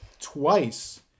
twice